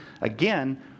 again